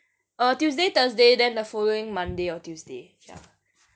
uh tuesday thursday then the following monday or tuesday ya